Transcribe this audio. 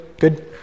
good